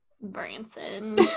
Branson